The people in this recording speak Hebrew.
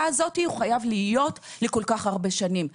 הזאת צריך להיות לכל כך הרבה שנים.